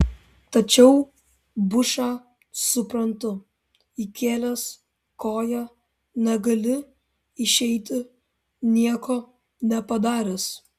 tačiau bušą suprantu įkėlęs koją negali išeiti nieko nepadaręs